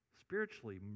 spiritually